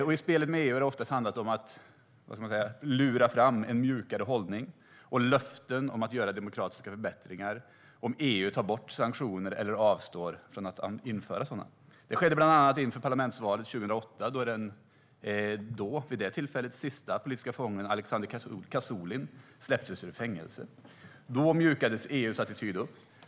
I spelet med EU har det oftast handlat om att så att säga "lura" fram en mjukare hållning och löften om att göra demokratiska förbättringar om EU tar bort sanktioner eller avstår från att införa sådana. Detta skedde bland annat inför parlamentsvalet 2008 då den vid det tillfället sista politiska fången, Alexander Kazulin, släpptes ur fängelse. Då mjukades EU:s attityd upp.